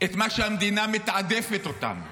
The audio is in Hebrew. את מה שהמדינה מתעדפת אותם,